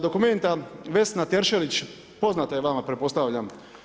Documenta Vesna Teršelić, poznata je vama pretpostavljam.